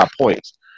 points